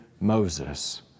Moses